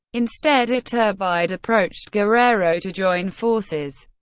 instead, iturbide approached guerrero to join forces,